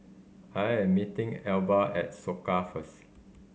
I am meeting Elba at Soka first